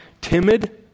timid